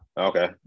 Okay